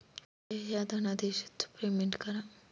कृपया ह्या धनादेशच पेमेंट करा